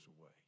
away